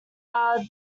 are